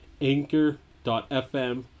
anchor.fm